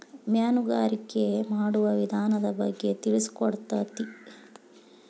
ಮೇನುಗಾರಿಕೆ ಮಾಡುವ ವಿಧಾನದ ಬಗ್ಗೆ ತಿಳಿಸಿಕೊಡತತಿ